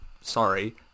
Sorry